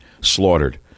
slaughtered